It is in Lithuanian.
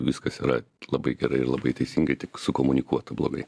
viskas yra labai gerai ir labai teisingai tik sukomunikuota blogai